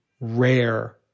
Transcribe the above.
rare